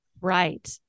Right